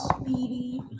Speedy